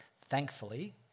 thankfully